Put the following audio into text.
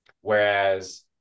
whereas